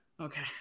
okay